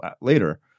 later